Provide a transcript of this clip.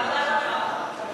כן, כן, כן.